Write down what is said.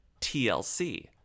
TLC